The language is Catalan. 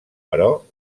però